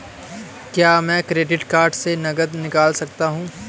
क्या मैं credit card से नकद निकाल सकता हूँ?